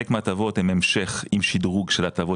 חלק מההטבות הן המשך עם שדרוג של הטבות